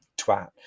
twat